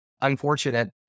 unfortunate